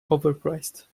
overpriced